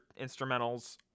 instrumentals